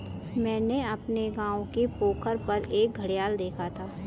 मैंने अपने गांव के पोखर पर एक घड़ियाल देखा था